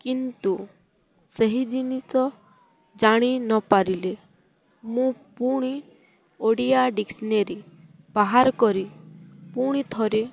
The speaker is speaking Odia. କିନ୍ତୁ ସେହି ଜିନିଷ ଜାଣି ନପାରିଲେ ମୁଁ ପୁଣି ଓଡ଼ିଆ ଡିକ୍ସନେରୀ ବାହାର କରି ପୁଣି ଥରେ